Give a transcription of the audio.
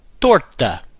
Torta